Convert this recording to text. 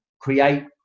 create